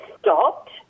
stopped